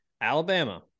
Alabama